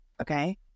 Okay